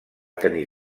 tenir